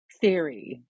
theory